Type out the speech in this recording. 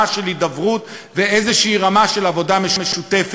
כלשהי של הידברות ורמה כלשהי של עבודה משותפת,